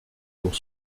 pour